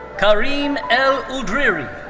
karim el oueldrhiri.